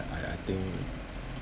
I I think